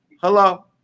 hello